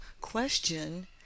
question